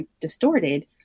distorted